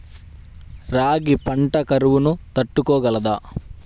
రాగి పంట కరువును తట్టుకోగలదా?